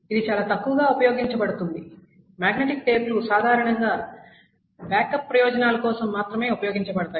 ఇది చాలా తక్కువగా ఉపయోగించబడుతుంది మాగ్నెటిక్ టేపులు సాధారణంగా ఇటువంటి బ్యాకప్ ప్రయోజనాల కోసం మాత్రమే ఉపయోగించబడతాయి